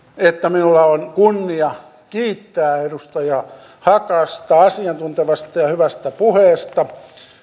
että minulla on kunnia kiittää edustaja hakasta asiantuntevasta ja hyvästä puheesta